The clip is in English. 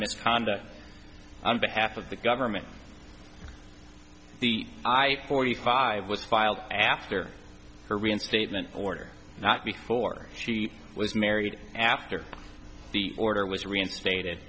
misconduct on behalf of the government the i forty five was filed after her reinstatement order not before she was married after the order was reinstate